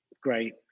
great